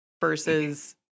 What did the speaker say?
versus